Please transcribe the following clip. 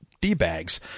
D-bags